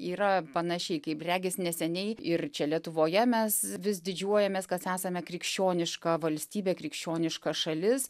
yra panašiai kaip regis neseniai ir čia lietuvoje mes vis didžiuojamės kad esame krikščioniška valstybė krikščioniška šalis